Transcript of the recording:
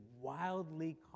wildly